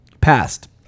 Passed